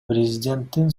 президенттин